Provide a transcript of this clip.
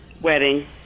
wedding